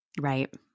Right